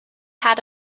had